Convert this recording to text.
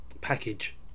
package